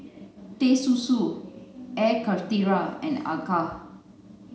Teh Susu Air Karthira and Acar